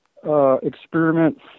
Experiment